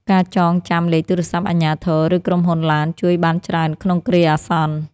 ការចងចាំលេខទូរស័ព្ទអាជ្ញាធរ ឬក្រុមហ៊ុនឡាន ជួយបានច្រើនក្នុងគ្រាអាសន្ន។